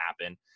happen